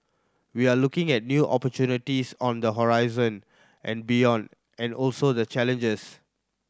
we are looking at new opportunities on the horizon and beyond and also the challenges